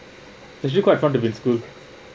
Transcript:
actually quite fun to be in school